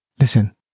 Listen